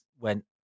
went